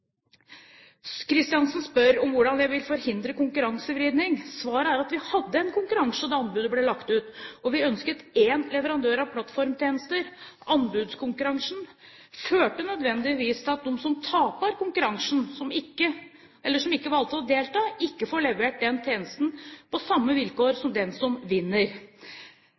Kristiansen spør om hvordan jeg vil forhindre konkurransevridning. Svaret er at vi hadde en konkurranse da anbudet ble lagt ut, og vi ønsket én leverandør av plattformtjenester. Anbudskonkurransen førte nødvendigvis til at de som tapte denne kampen, eller som ikke valgte å delta, ikke får levert den tjenesten på samme vilkår som den som vinner.